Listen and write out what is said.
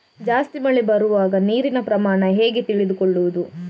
ಜಾಸ್ತಿ ಮಳೆ ಬರುವಾಗ ನೀರಿನ ಪ್ರಮಾಣ ಹೇಗೆ ತಿಳಿದುಕೊಳ್ಳುವುದು?